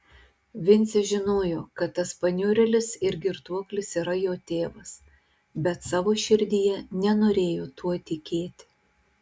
vincė žinojo kad tas paniurėlis ir girtuoklis yra jo tėvas bet savo širdyje nenorėjo tuo tikėti